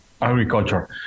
agriculture